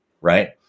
right